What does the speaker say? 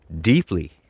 deeply